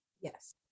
Yes